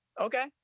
Okay